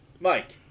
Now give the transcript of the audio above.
Mike